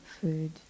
Food